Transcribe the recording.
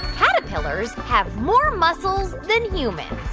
caterpillars have more muscles than humans?